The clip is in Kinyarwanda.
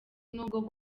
n’ubwo